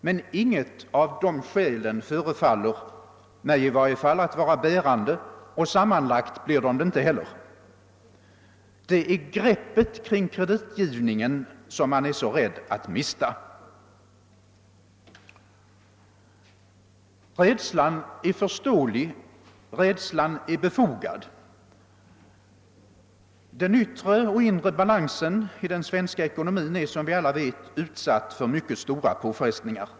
Men inget av de skälen förefaller mig i varje fall att vara bärande, och sammanlagt blir de det inte heller. Det är greppet kring kreditgivningen som man är så rädd att mista. Rädslan är förståelig, rädslan är befogad. Den yttre och inre balansen i den svenska ekonomin är, som vi alla vet, utsatt för mycket stora påfrestningar.